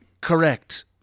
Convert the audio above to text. Correct